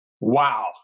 Wow